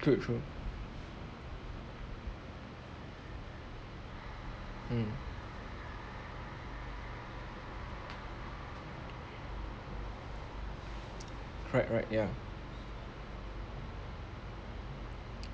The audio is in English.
true true mm right right ya